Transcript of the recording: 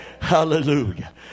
Hallelujah